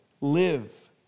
live